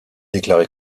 déclaré